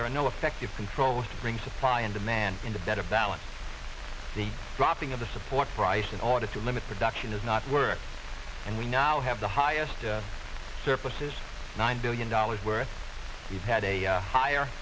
there are no effective controls to bring supply and demand into better balance the dropping of the support price in order to limit production has not worked and we now have the highest surpluses nine billion dollars worth we've had a higher